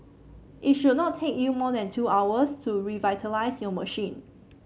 it should not take you more than two hours to revitalise your machine